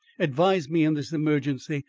advise me in this emergency,